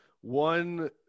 one